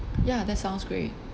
ya that sounds great